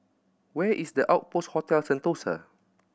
where is the Outpost Hotel Sentosa